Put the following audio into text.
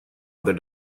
other